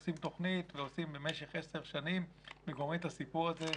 עושים תוכנית במשך עשר שנים וגומרים את הסיפור הזה,